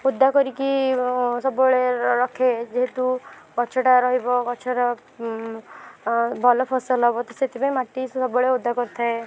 ଓଦା କରିକି ସବୁବେଳେ ରଖେ ଯେହେତୁ ଗଛଟା ରହିବ ଗଛର ଭଲ ଫସଲ ହେବ ତ ସେଥିପାଇଁ ମାଟି ସବୁବେଳେ ଓଦା କରିଥାଏ